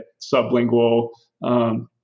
sublingual